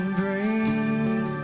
bring